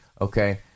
okay